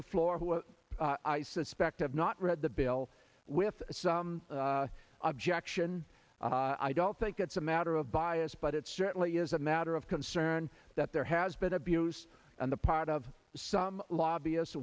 the floor who i suspect have not read the bill with some objection i don't think it's a matter of bias but it certainly is a matter of concern that there has been abuse on the part of some lobbyists